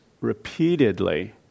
repeatedly